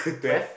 twelve